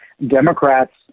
Democrats